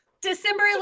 December